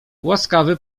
łaskawy